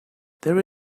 there